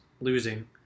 losing